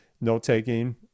note-taking